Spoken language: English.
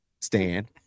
Stan